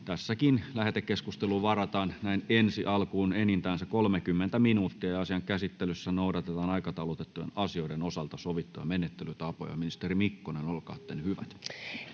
Tässäkin lähetekeskusteluun varataan näin ensi alkuun enintään 30 minuuttia. Asian käsittelyssä noudatetaan aikataulutettujen asioiden osalta sovittuja menettelytapoja. — Ministeri Mikkonen, olkaatten hyvä.